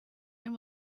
and